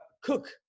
cook